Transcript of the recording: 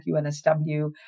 UNSW